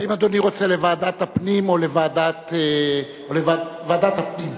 האם אדוני רוצה לוועדת הפנים או לוועדת ועדת הפנים.